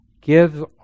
give